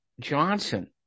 Johnson